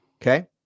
Okay